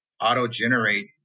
auto-generate